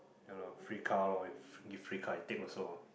ya lah free car lor if free car I take also